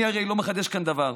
אני הרי לא מחדש כאן דבר,